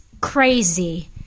crazy